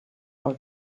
all